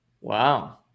Wow